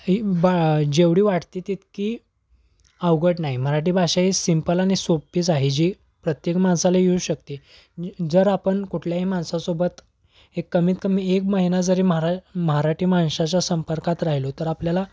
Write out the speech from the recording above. ही बा जेवढी वाटते तितकी अवघड नाही मराठी भाषा ही सिम्पल आणि सोप्पीच आहे जी प्रत्येक माणसाला येऊ शकते जर आपण कुठल्याही माणसासोबत एक कमीत कमी एक महिना जरी महारा मराठी माणसाच्या संपर्कात राहिलो तर आपल्याला